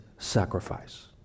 sacrifice